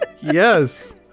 yes